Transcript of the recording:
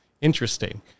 Interesting